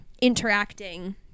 interacting